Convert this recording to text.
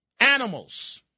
Animals